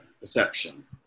Perception